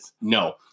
no